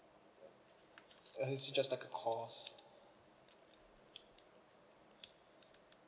uh it's just like a course